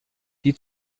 die